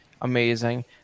amazing